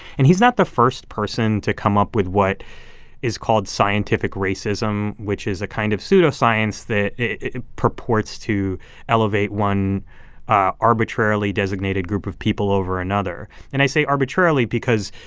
and he's not the first person to come up with what is called scientific racism, which is a kind of pseudoscience that purports to elevate one ah arbitrarily designated group of people over another. and i say arbitrarily because,